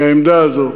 מהעמדה הזאת.